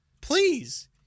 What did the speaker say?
Please